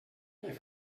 què